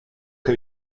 que